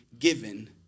given